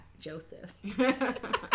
Joseph